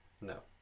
No